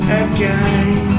again